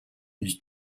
was